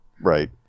Right